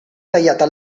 tagliata